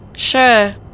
Sure